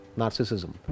narcissism